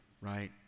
right